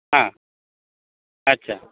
हां अच्छा